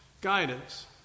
guidance